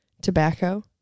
tobacco